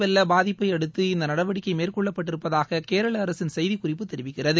வெள்ள பாதிப்பை அடுத்து இந்த நடவடிக்கை மேற்கொள்ளப்பட்டிருப்பதாக கேரள அரசின் செய்திக்குறிப்பு தெரிவிக்கிறது